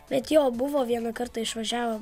bet jo buvo vieną kartą išvažiavom